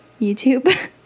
YouTube